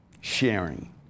sharing